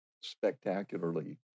spectacularly